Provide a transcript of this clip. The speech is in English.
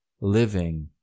living